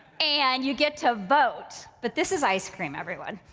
and you get to vote. but this is ice cream everyone,